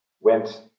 went